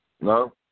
No